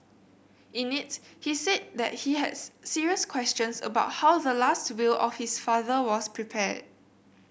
in it he said that he has serious questions about how the last will of his father was prepared